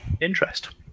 interest